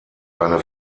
eine